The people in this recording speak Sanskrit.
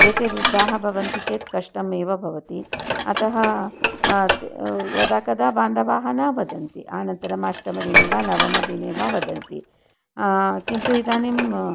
एते वृद्धाः भवन्ति चेत् कष्टम् एव भवति अतः यदा कदा बान्धवाः न वदन्ति अनन्तरम् अष्टमदिने वा नवमदिने वा वदन्ति किन्तु इदानीं